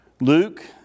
Luke